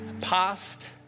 Past